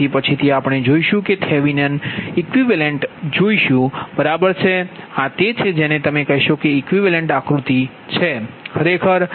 છે તેથી પછીથી આપણે જોશું કે થેવેનિન ઇક્વિવેલેન્ટ જોશુ બરાબર જો આ તે છે જેને તમે કહેશો કે તે ઇક્વિવેલેન્ટ આકૃતિ છે ખરું